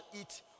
eat